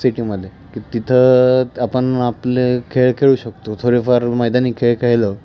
सिटीमध्ये की तिथं आपण आपले खेळ खेळू शकतो थोडेफार मैदानी खेळ खेळलं